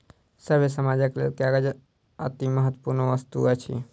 सभ्य समाजक लेल कागज अतिमहत्वपूर्ण वस्तु अछि